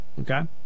Okay